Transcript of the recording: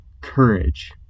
courage